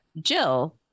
jill